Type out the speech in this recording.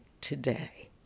today